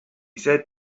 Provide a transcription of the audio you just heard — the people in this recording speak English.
said